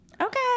Okay